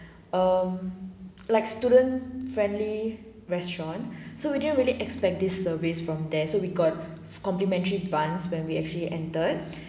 err like student friendly restaurant so we didn't really expect this service from there so we got complementary buns when we actually entered